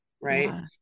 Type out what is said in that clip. Right